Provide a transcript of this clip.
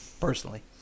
personally